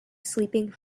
sleeping